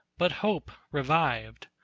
but hope revived,